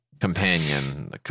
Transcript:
companion